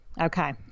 Okay